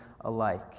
alike